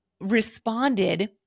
responded